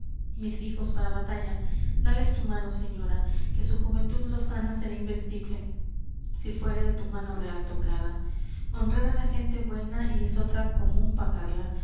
fijos para batalla dales tu mano señora que su juventud lozana será invencible si fuere de tu mano real tocada honrar á la gente buena y esotra común pagarla